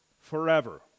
Forever